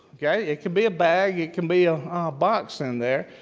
okay? it can be a bag. it can be a box in there.